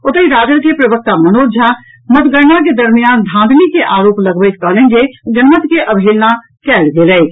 ओतहि राजद के प्रवक्ता मनोज झा मतगणना के दरमियान धांधली के आरोप लगबैत कहलनि जे जनमत के अवहेलना कयल गेल अछि